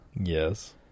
Yes